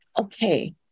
okay